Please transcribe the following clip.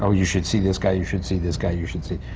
ah you should see this guy, you should see this guy, you should see